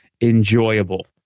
enjoyable